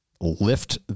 lift